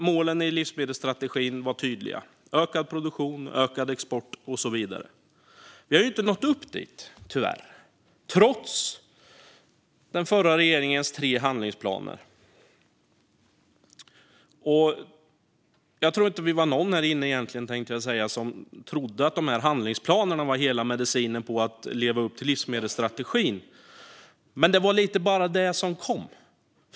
Målen i strategin var tydliga: ökad produktion, ökad export och så vidare. Men tyvärr har man inte uppnått dem, trots den förra regeringens tre handlingsplaner. Det var nog inte någon här inne som trodde att handlingsplanerna var hela medicinen för att leva upp till livsmedelsstrategin, men de var allt som kom.